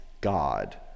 God